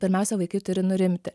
pirmiausia vaikai turi nurimti